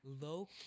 Low